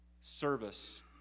service